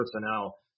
personnel